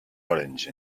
orange